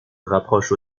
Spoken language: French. rapproche